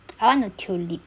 I want a tulip